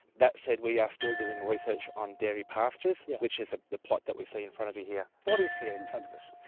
that said, we are still doing research on dairy pastures, which is ah the plot that we see in front of you here. what is here in front of us?